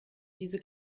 diese